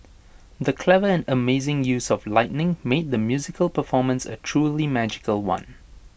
the clever and amazing use of lighting made the musical performance A truly magical one